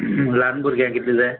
ल्हान भुरग्यांक कितली जाय